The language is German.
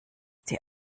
dir